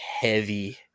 heavy